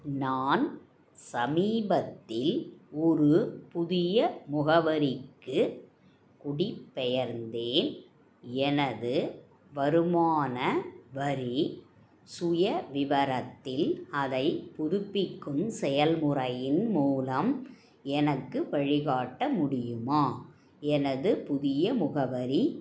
நான் சமீபத்தில் ஒரு புதிய முகவரிக்கு குடிபெயர்ந்தேன் எனது வருமான வரி சுயவிவரத்தில் அதைப் புதுப்பிக்கும் செயல்முறையின் மூலம் எனக்கு வழிகாட்ட முடியுமா எனது புதிய முகவரி